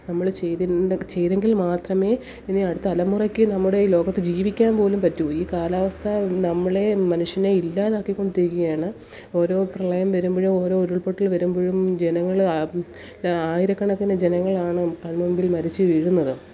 നമ്മൾ ചെയതെങ്കിൽ മാത്രമേ ഇനി അടുത്ത തലമുറയ്ക്ക് നമ്മുടെ ഈ ലോകത്ത് ജീവിക്കാൻ പോലും പറ്റു ഈ കാലാവസ്ഥാ നമ്മളെ മനുഷ്യനെ ഇല്ലാതാക്കി കൊണ്ടിരിക്കുകയാണ് ഓരോ പ്രളയം വരുമ്പോഴും ഓരോ ഉരുൾ പൊട്ടൽ വരുമ്പോഴും ജനങ്ങൾ ആയിരക്കണക്കിന് ജനങ്ങളാണ് കൺമുമ്പിൽ മരിച്ചു വീഴുന്നത്